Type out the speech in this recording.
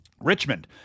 Richmond